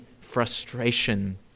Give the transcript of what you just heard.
frustration